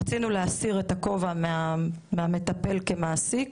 רצינו להסיר את הכובע מהמטפל כמעסיק.